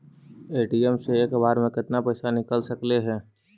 ATM से एक बार मे केतना पैसा निकल सकले हे?